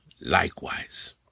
likewise